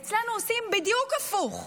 אצלנו עושים בדיוק הפוך,